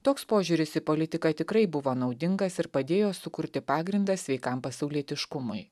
toks požiūris į politiką tikrai buvo naudingas ir padėjo sukurti pagrindą sveikam pasaulietiškumui